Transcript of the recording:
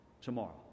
tomorrow